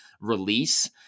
release